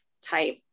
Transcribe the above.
type